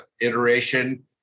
iteration